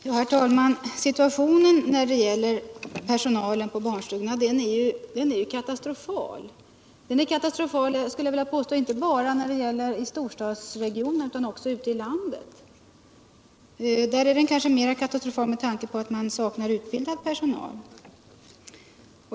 Herr talman! Situationen är katastrofal när det gäller personalen på barnstugorna, inte bara i storstadsregioner utan också ute i landet. Au den är katastrofal där beror kanske mer på att man där saknar utbildad personal.